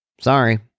sorry